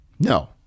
No